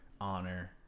honor